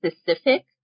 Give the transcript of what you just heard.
specific